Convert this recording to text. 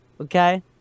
Okay